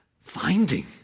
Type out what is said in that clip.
finding